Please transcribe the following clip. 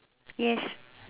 yes